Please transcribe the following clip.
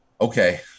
Okay